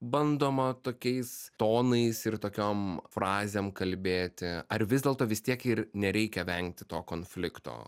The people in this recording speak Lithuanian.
bandoma tokiais tonais ir tokiom frazėm kalbėti ar vis dėlto vis tiek ir nereikia vengti to konflikto